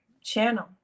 channel